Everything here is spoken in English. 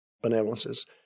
benevolences